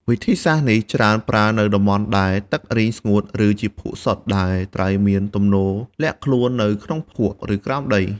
វិធីសាស្ត្រនេះច្រើនប្រើនៅតំបន់ដែលទឹករីងស្ងួត ឬជាភក់សុទ្ធ ដែលត្រីមានទំនោរលាក់ខ្លួននៅក្នុងភក់ ឬក្រោមដី។